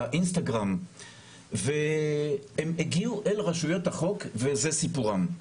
באינסטגרם והן הגיעו לרשויות החוק וזה סיפורן.